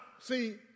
see